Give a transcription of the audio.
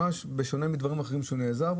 בשונה מדברים אחרים שבהם הוא נעזר,